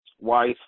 wife